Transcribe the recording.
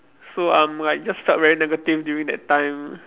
so I'm like just felt really negative during that time